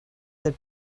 that